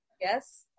Yes